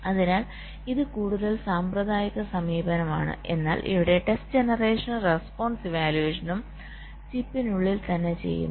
അതിനാൽ ഇത് കൂടുതൽ സാമ്പ്രദായിക സമീപനമാണ് എന്നാൽ ഇവിടെ ടെസ്റ്റ് ജനറേഷനും റെസ്പോൺസ് ഇവാലുവേഷനും ചിപ്പിനുള്ളിൽ തന്നെ ചെയ്യുന്നു